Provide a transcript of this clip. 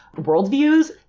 worldviews